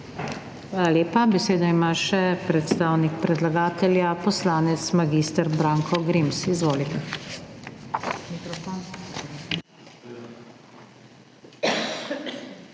Hvala lepa. Besedo ima še predstavnik predlagatelja, poslanec mag. Branko Grims. Izvolite.